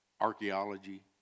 archaeology